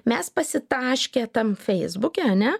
mes pasitaškę tam feisbuke ane